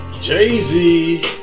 Jay-Z